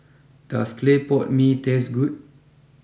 does Claypot Mee taste good